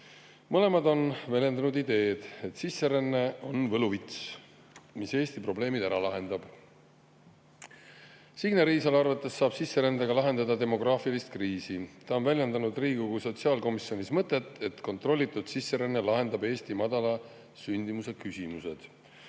Mõlemad on väljendanud ideed, et sisseränne on võluvits, mis Eesti probleemid ära lahendab. Signe Riisalo arvates saab sisserändega lahendada demograafilist kriisi. Ta on Riigikogu sotsiaalkomisjonis väljendanud mõtet, et kontrollitud sisseränne lahendab Eesti madala sündimuse küsimuse.